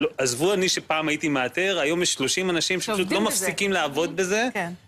לא, עזבו, אני שפעם הייתי מאתר, היום יש 30 אנשים שפשוט לא מפסיקים לעבוד בזה.